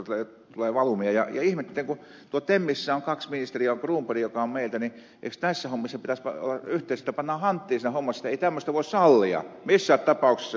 ihmettelen kun temissä on kaksi ministeriä on cronberg joka on meiltä eikö näissä hommissa pitäisi olla yhteistä että pannaan hanttiin siinä hommassa ettei tämmöistä voi sallia missään tapauksessa